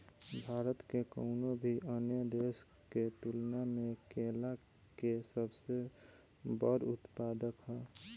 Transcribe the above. भारत कउनों भी अन्य देश के तुलना में केला के सबसे बड़ उत्पादक ह